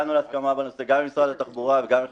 הגענו להסכמה בנושא גם עם משרד התחבורה וגם עם